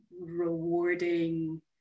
rewarding